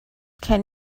can